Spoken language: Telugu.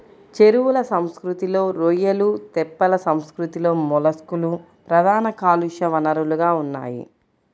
చెరువుల సంస్కృతిలో రొయ్యలు, తెప్పల సంస్కృతిలో మొలస్క్లు ప్రధాన కాలుష్య వనరులుగా ఉన్నాయి